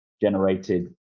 generated